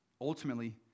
ultimately